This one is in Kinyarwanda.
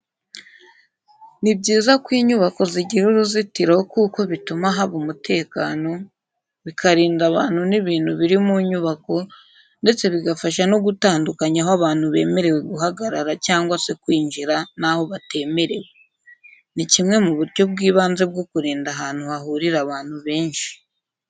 Ni byiza ko inyubako zigira uruzitiro kuko bituma haba umutekano, bikarinda abantu n'ibintu biri mu nyubako ndetse bigafasha no gutandukanya aho abantu bemerewe guhagarara cyangwa se kwinjira n'aho batemerewe. Ni kimwe mu buryo bw'ibanze bwo kurinda ahantu hahurira abantu benshi.